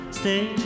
stay